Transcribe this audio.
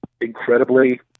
incredibly